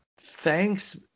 thanks